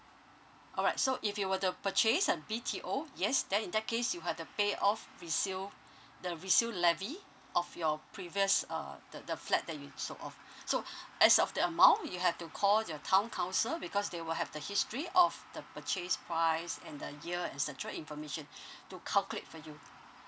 alright so if you were to purchase a B_T_O yes then in that case you have to pay off resale the resale levy of your previous uh the the flat that you sold off so as of the amount you have to call your town council because they will have the history of the purchase price and the year etcetera information to calculate for you